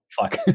Fuck